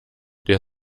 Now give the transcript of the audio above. der